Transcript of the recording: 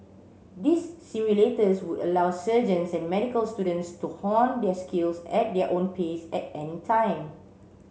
these simulators would allow surgeons and medical students to hone their skills at their own pace at any time